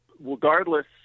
Regardless